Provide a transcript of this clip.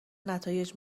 نتایج